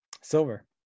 Silver